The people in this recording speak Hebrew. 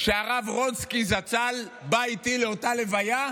שהרב רונצקי זצ"ל בא איתי לאותה לוויה,